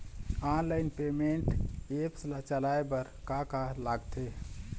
Online payment apps ला चलाए बार का का लगथे?